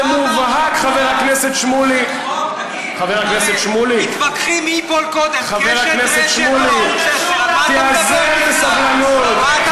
במובהק, חבר הכנסת שמולי, חכה, כמה עבר, שבוע?